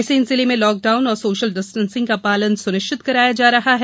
रायसेन जिले में लॉकडाउन और सोशल डिस्टेंसिंग का पालन सुनिश्चित कराया जा रहा है